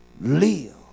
Live